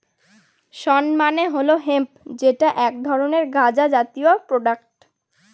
শণ মানে হল হেম্প যেটা এক ধরনের গাঁজা জাতীয় প্রোডাক্ট